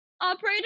Operator